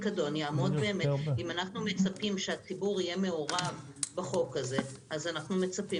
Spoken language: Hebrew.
אם אנחנו מצפים שהציבור יהיה מעורב בחוק הפיקדון אנחנו מצפים